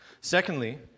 Secondly